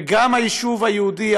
וגם היישוב היהודי,